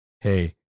Hey